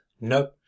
Nope